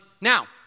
Now